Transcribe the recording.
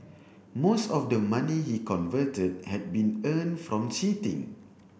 most of the money he converted had been earned from cheating